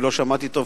כי לא שמעתי טוב,